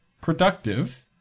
productive